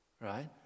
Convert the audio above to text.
Right